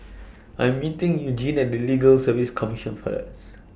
I Am meeting Eugene At Legal Service Commission First